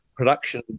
production